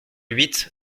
huit